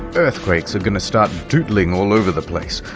earthquakes are gonna start dootling all over the place,